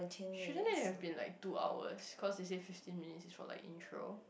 shouldn't it have been like two hours cause they say fifteen minutes is for like intro